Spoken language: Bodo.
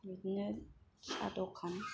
बिदिनो साहा दखान